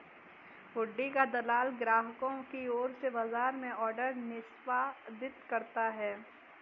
हुंडी का दलाल ग्राहकों की ओर से बाजार में ऑर्डर निष्पादित करता है